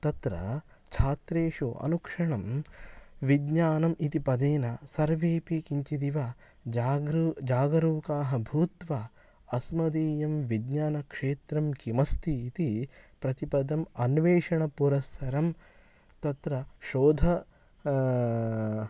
तत्र छात्रेषु अनुक्षणं विज्ञानम् इति पदेन सर्वेपि किञ्चिदिव जाग्रू जागरूकाः भूत्वा अस्मदीयं विज्ञानक्षेत्रं किमस्ति इति प्रतिपदम् अन्वेषणपुरस्सरं तत्र शोध